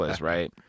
right